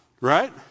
Right